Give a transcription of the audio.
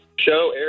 show